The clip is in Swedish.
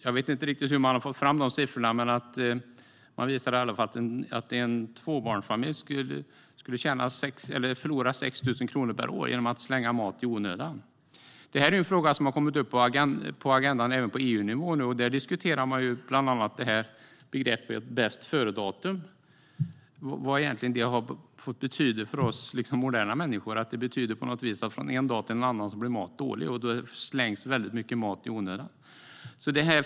Jag vet inte riktigt hur man har fått fram de siffrorna. Men man visar i alla fall att en tvåbarnsfamilj förlorar 6 000 kronor per år genom att slänga mat i onödan. Det här är en fråga som nu har kommit upp på agendan även på EU-nivå. Där diskuterar man bland annat begreppet bästföredatum. Vad betyder det för oss moderna människor? Det betyder på något vis att mat blir dålig från en dag till en annan, och det slängs väldigt mycket mat i onödan.